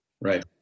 Right